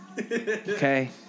Okay